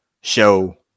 show